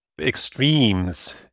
extremes